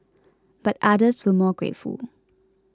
but others were more grateful